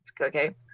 Okay